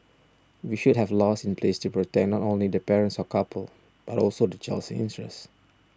we should have laws in place to protect not only the parents or couple but also the child's interest